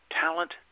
talent